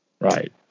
right